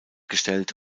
gestellt